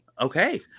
okay